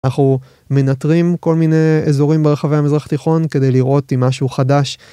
אנחנו מנטרים כל מיני אזורים ברחבי המזרח התיכון כדי לראות אם משהו חדש